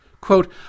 Quote